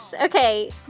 Okay